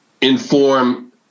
inform